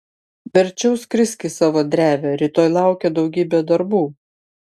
verčiau skrisk į savo drevę rytoj laukia daugybė darbų